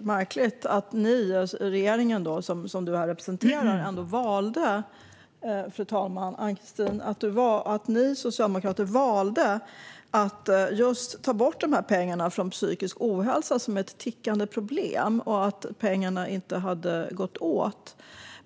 märkligt att regeringen och Socialdemokraterna, som Ann-Christin Ahlberg representerar, valde att ta bort just pengarna för bekämpning av psykisk ohälsa, som är ett tickande problem, och att pengarna inte hade gått åt.